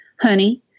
Honey